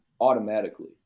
automatically